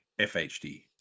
FHD